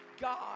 God